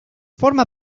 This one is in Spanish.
forma